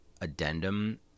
addendum